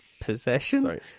possession